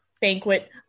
Banquet